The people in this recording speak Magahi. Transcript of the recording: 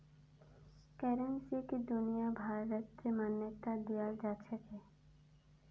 करेंसीक दुनियाभरत मान्यता दियाल जाछेक